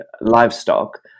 livestock